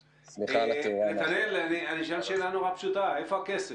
אני אשאל שאלה מאוד פשוטה איפה הכסף?